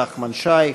נחמן שי,